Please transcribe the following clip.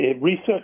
Research